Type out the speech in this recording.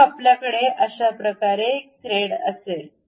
मग आपल्याकडे अशा प्रकारे एक थ्रेड असेल